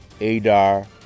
Adar